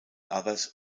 others